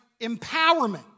empowerment